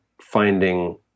finding